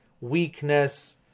weakness